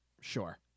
Sure